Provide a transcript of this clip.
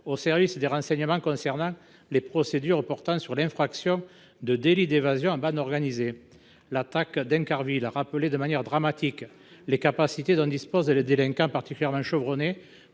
aux services de renseignement concernant les procédures portant sur des faits d’évasion en bande organisée. L’attaque d’Incarville a rappelé de manière dramatique les capacités dont disposent les délinquants particulièrement chevronnés